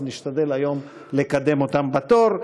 אז נשתדל היום לקדם אותם בתור.